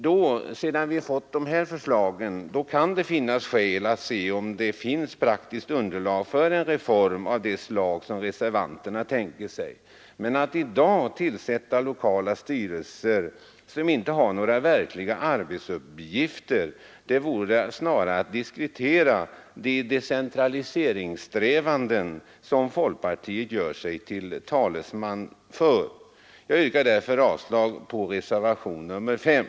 Först sedan man fått de nya förslagen kan det föreligga skäl att se om det finns praktiskt underlag för en reform av det slag som reservanterna tänker sig. Men att i dag tillsätta lokala styrelser som inte skulle få några verkliga arbetsuppgifter vore snarare att diskreditera de decentraliseringssträvanden som folkpartiet gör sig till talesman för. Jag yrkar därför avslag på reservationen 5.